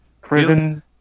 prison